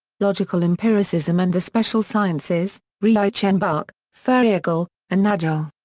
logical empiricism and the special sciences reichenbach, feigl, and nagel.